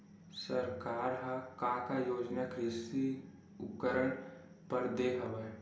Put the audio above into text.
सरकार ह का का योजना कृषि उपकरण बर दे हवय?